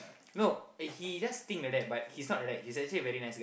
no eh he just think like that but he's not like that he's actually a very nice guy